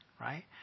right